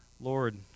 Lord